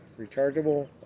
rechargeable